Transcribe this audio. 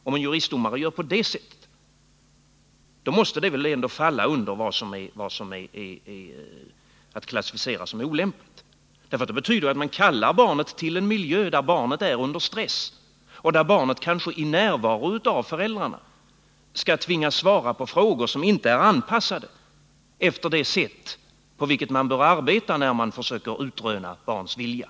Gör en juristdomare på det sättet, måste det väl ändå falla under vad som är att klassificera som olämpligt. Det skulle betyda att man kallar barnet till en miljö där det kommer att befinna sig under stress och där det kanske i närvaro av föräldrarna tvingas svara på frågor som inte är anpassade till det sätt på vilket man bör arbeta när man försöker utröna ett barns vilja.